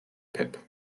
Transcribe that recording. pip